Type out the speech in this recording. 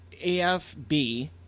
AFB